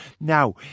Now